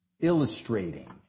illustrating